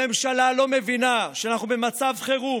הממשלה לא מבינה שאנחנו במצב חירום,